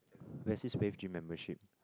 where's this wave gym membership